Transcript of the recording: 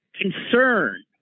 concern